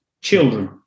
children